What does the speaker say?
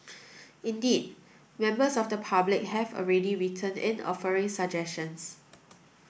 indeed members of the public have already written in offering suggestions